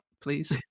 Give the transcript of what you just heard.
please